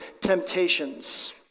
temptations